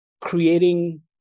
creating